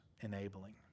enabling